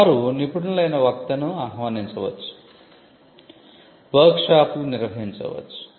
వారు నిపుణులైన వక్తని ఆహ్వానించవచ్చు వర్క్ షాపులు నిర్వహించవచ్చు